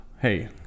Hey